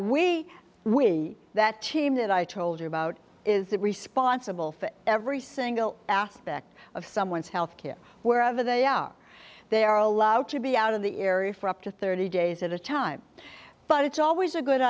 we we that team that i told you about is that responsible for every single aspect of someone's health care wherever they are they are allowed to be out of the area for up to thirty days at a time but it's always a good